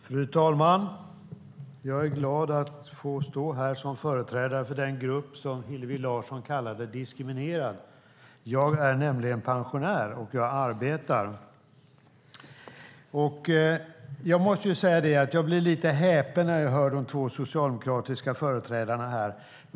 Fru talman! Jag är glad att få stå här som företrädare för den grupp som Hillevi Larsson kallade diskriminerad. Jag är nämligen pensionär, och jag arbetar. Jag måste säga att jag blir lite häpen när jag hör de två socialdemokratiska företrädarna här.